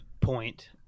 point